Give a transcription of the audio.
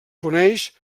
coneix